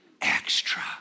Extra